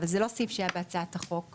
אבל זה לא סיעף שהיה בהצעת החוק.